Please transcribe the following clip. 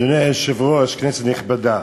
אדוני היושב-ראש, כנסת נכבדה,